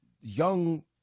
young